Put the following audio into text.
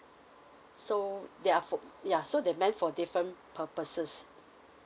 so they are for ya so they meant for different purposes